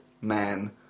man